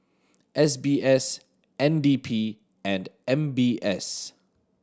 S B S N D P and M B S